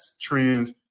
trends